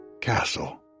Castle